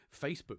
facebook